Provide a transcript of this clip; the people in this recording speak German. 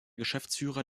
geschäftsführer